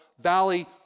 Valley